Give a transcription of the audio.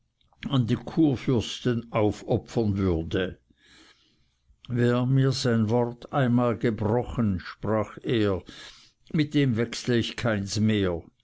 an den kurfürsten aufopfern würde wer mir sein wort einmal gebrochen sprach er mit dem wechsle ich keins mehr